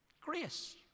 Grace